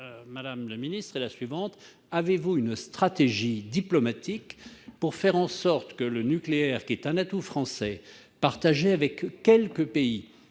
Madame le secrétaire d'État, avez-vous une stratégie diplomatique pour faire en sorte que le nucléaire, qui est un atout français partagé avec quelques pays,